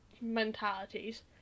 mentalities